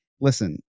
listen